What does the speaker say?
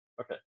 Okay